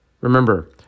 Remember